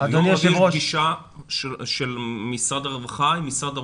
-- -פגישה של משרד הרווחה עם משרד האוצר?